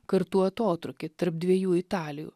kartų atotrūkį tarp dviejų italijų